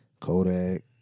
Kodak